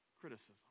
criticism